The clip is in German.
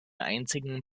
einzigen